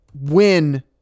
win